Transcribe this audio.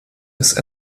ist